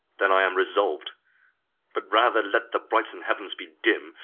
then i am resolv'd but rather let the brightsome heavens be dim,